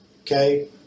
Okay